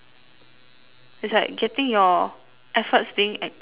is like getting your efforts being acknowledged lor